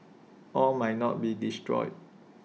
all might not be destroyed